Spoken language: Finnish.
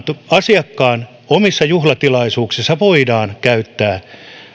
asiakkaan omissa juhlatilaisuuksissa voidaan käyttää